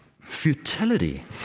futility